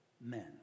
Men